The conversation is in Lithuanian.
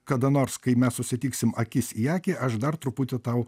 kada nors kai mes susitiksim akis į akį aš dar truputį tau